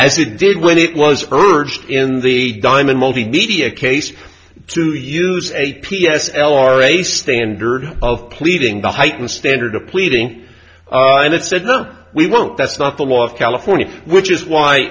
it did when it was urged in the diamond multimedia case to use a p s l r a standard of pleading the heightened standard of pleading and it said no we won't that's not the law of california which is why